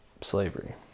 slavery